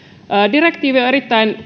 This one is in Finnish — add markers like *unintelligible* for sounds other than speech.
direktiivi on erittäin *unintelligible*